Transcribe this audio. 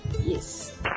Yes